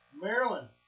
Maryland